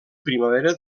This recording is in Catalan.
primavera